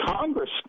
Congress